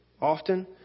often